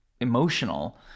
emotional